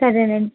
సరేలేండి